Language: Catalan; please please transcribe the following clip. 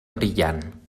brillant